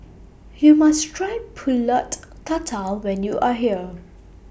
YOU must Try Pulut Tatal when YOU Are here